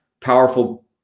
powerful